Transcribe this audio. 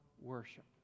worship